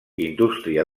indústria